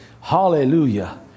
hallelujah